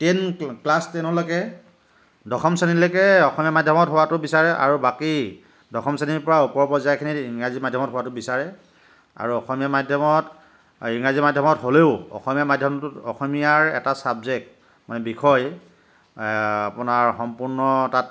ten class টেনলৈকে দশম শ্ৰেণীলৈকে অসমীয়া মাধ্যমত হোৱাটো বিচাৰে আৰু বাকী দশম শ্ৰেণীৰ পৰা ওপৰৰ পৰ্য্যায়খিনিত ইংৰাজী মাধ্যমত হোৱাটো বিচাৰে আৰু অসমীয়া মাধ্যমত ইংৰাজী মাধ্যমত হ'লেও অসমীয়া মাধ্যমটোত অসমীয়াৰ এটা ছাবজেক্ট মানে বিষয় আপোনাৰ সম্পূৰ্ণ তাত